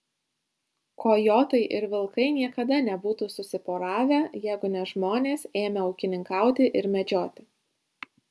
kojotai ir vilkai niekada nebūtų susiporavę jeigu ne žmonės ėmę ūkininkauti ir medžioti